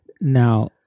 Now